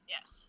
Yes